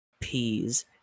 peas